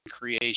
creation